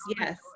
Yes